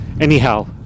Anyhow